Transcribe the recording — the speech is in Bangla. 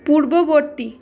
পূর্ববর্তী